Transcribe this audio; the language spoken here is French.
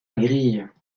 grille